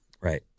Right